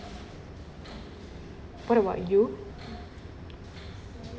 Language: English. what about you